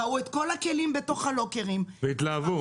ראו את כל הכלים בכל הלוקרים -- והתלהבו.